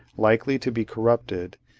likely to be corrupted,